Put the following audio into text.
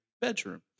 bedroom